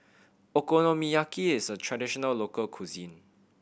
okonomiyaki is a traditional local cuisine